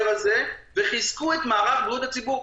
הזה וחיזקו את מערך בריאות הציבור,